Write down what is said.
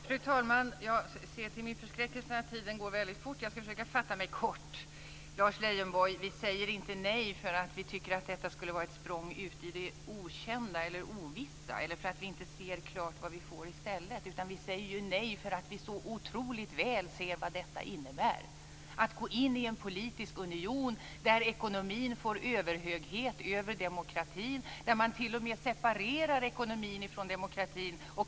Fru talman! Jag ser till min förskräckelse att tiden går väldigt fort, och jag ska försöka fatta mig kort. Vi säger inte, Lars Leijonborg, nej därför att vi tycker att det skulle vara ett språng ut i det okända eller ovissa eller därför att vi inte ser klart vad vi får i stället. Vi säger nej därför att vi så otroligt väl ser vad detta innebär. Det är att gå in i en politisk union, där ekonomin får överhöghet över demokratin, där man t.o.m. separerar ekonomin från demokratin.